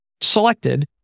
selected